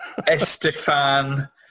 Estefan